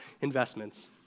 investments